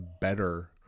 better